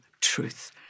truth